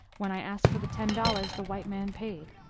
when i asked for the ten dollars, the white men paid.